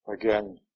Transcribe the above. Again